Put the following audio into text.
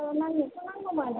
औ मालिकखौ नांगौमोन